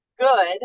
good